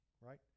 right